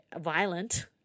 violent